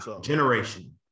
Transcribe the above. generation